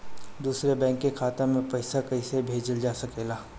दूसरे बैंक के खाता में पइसा कइसे भेजल जा सके ला?